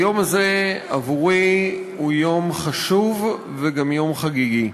היום הזה עבורי הוא יום חשוב וגם יום חגיגי.